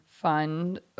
fund